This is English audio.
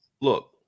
Look